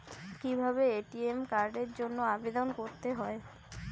কিভাবে এ.টি.এম কার্ডের জন্য আবেদন করতে হয়?